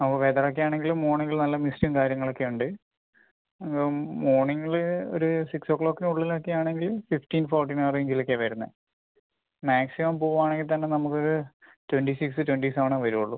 ഓ weather ഒക്കെ ആണെങ്കിലും മോർണിങ്ങിൽ നല്ല മിസ്റ്റും കാര്യങ്ങൾ ഒക്കെയുണ്ട് അപ്പം മോർണിങ്ങിൽ ഒരു സിക്സ് ഒ ക്ലോക്കിനുള്ളിൽ ഒക്കെ ആണെങ്കിൽ ഫിഫ്റ്റീൻ ഫോർറ്റീൻ ആ റേഞ്ചിൽ ഒക്കെയാണ് വരുന്നത് മാക്സിമം പോവുവാണെങ്കിൽ തന്നെ നമുക്കൊരു ട്വന്റി സിക്സ് ട്വന്റി സെവനോ വരുള്ളൂ